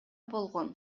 болгон